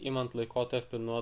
imant laikotarpį nuo